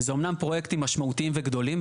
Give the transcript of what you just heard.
זה אמנם פרויקטים משמעותיים וגדולים,